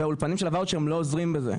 והאולפנים של הוואוצ'רים לא עוזרים בזה.